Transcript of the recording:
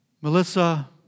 Melissa